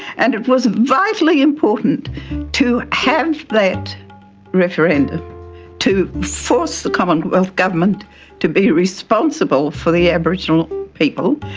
and it was vitally important to have that referendum to force the commonwealth government to be responsible for the aboriginal people,